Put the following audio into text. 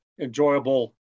enjoyable